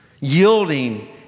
yielding